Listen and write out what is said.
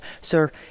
Sir